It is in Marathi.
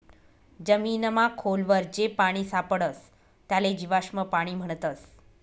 जमीनमा खोल वर जे पानी सापडस त्याले जीवाश्म पाणी म्हणतस